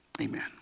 amen